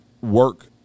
Work